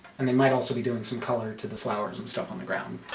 and they might also be doing some color to the flowers and stuff on the ground